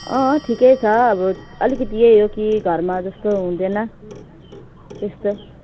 अँ ठिकै छ अब अलिकति यही हो कि घरमा जस्तो हुँदैन त्यस्तो